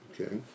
Okay